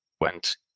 went